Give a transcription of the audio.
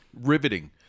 Riveting